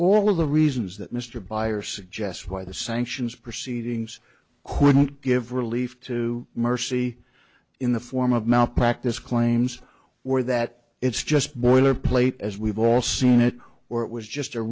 all of the reasons that mr buyer suggests why the sanctions proceedings couldn't give relief to mercy in the form of malpractise claims or that it's just boilerplate as we've all seen it or it was just a